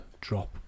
drop